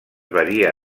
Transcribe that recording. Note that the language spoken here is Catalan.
varia